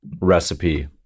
recipe